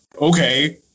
okay